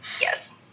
Yes